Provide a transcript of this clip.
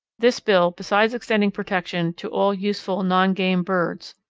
this bill, besides extending protection to all useful non-game birds,